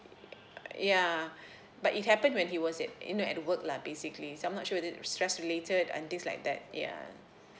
yeah but it happened when he was at you know at work lah basicall so I'm not sure whether stress related and things like that yeah